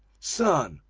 son,